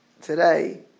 today